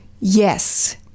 yes